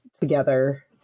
together